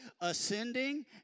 Ascending